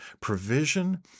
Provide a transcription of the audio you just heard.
provision